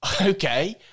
okay